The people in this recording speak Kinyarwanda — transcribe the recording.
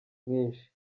mwinshi